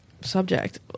subject